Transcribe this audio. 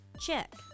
Check